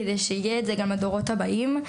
כדי שזה יעבור גם לדורות הבאים.